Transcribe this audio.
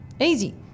Easy